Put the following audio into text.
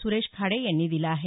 सुरेश खाडे यांनी दिला आहे